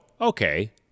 okay